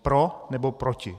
Pro, nebo proti?